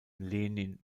lenin